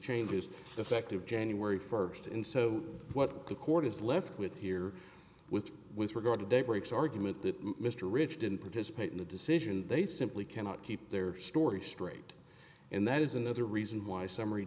changes effective january first and so what the court is left with here with with regard to daybreak's argument that mr rich didn't participate in the decision they simply cannot keep their story straight and that is another reason why summary